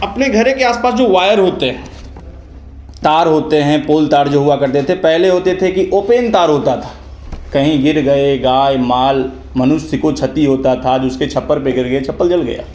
अपने घरे के आस पास जो वायर होते हैं तार होते हैं पोल तार जो हुआ करते थे पहले होते थे कि ओपेन तार होता था कही गिर गए गाय माल मनुष्य को क्षति होती थी उसके छप्पर पर गिर गए छप्पर जल गया